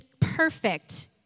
perfect